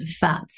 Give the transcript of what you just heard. fats